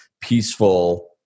peaceful